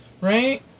right